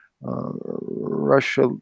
Russia